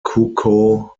cuckoo